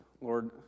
Lord